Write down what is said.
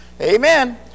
Amen